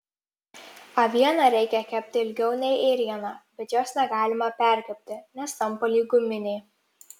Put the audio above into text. avieną reikia kepti ilgiau nei ėrieną bet jos negalima perkepti nes tampa lyg guminė